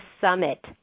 Summit